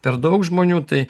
per daug žmonių tai